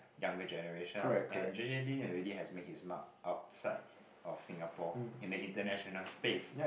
younger generation ah and J_J-Lin already has made his mark outside of Singapore in a international space